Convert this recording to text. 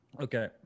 okay